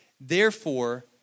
Therefore